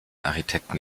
architekten